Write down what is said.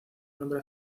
nombre